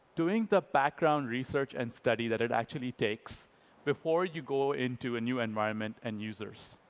doing the background research and study that it actually takes before you go into a new environment and users.